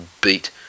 beat